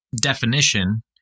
definition